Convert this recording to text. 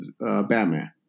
Batman